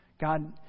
God